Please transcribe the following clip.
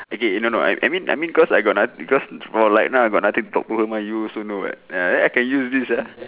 okay no no I mean I mean cause I got noth~ because for like now I got nothing to talk to her mah you also know [what] ya I can use this uh